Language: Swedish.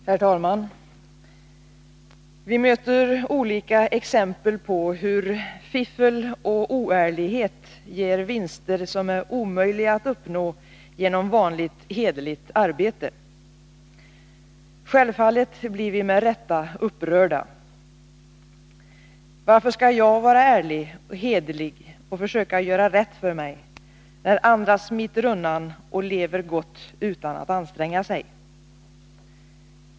Herr talman! Vi möter olika exempel på hur fiffel och oärlighet ger vinster som är omöjliga att uppnå genom vanligt hederligt arbete. Självfallet blir vi med rätta upprörda. Varför skall jag vara ärlig och hederlig och försöka göra rätt för mig, när andra smiter undan och lever gott utan att anstränga sig?